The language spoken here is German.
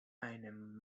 einem